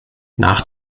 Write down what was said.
nach